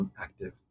Active